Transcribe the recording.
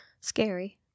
scary